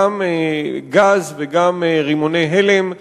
גם גז וגם רימוני הלם,